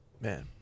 Man